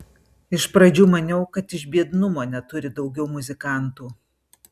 iš pradžių maniau kad iš biednumo neturi daugiau muzikantų